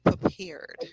prepared